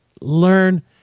learn